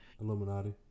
Illuminati